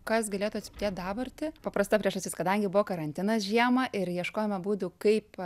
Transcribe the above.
kas galėtų atspindėt dabartį paprasta priežastis kadangi buvo karantinas žiemą ir ieškojome būdų kaip